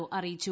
O അറിയിച്ചു